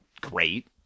great